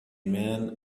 man